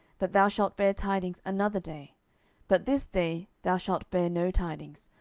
but thou shalt bear tidings another day but this day thou shalt bear no tidings,